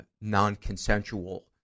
non-consensual